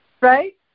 right